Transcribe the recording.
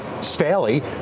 Staley